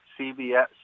CBS